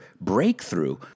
breakthrough